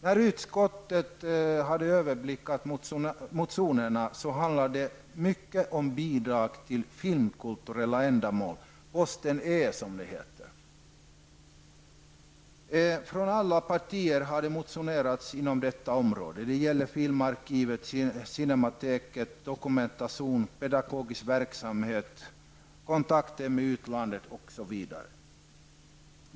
När utskottet hade överblickat motionerna fann man att de handlade mycket om bidrag till filmkulturella ändamål, posten E. Från alla partier hade det motionerats inom detta område. Det gäller filmarkivet, Cinemateket, dokumentation, pedagogisk verksamhet, kontakter med utlandet osv.